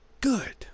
good